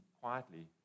quietly